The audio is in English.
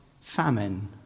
famine